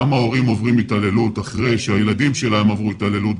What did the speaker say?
גם ההורים עוברים התעללות אחרי שהילדים שלנו עברו התעללות.